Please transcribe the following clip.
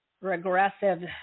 regressive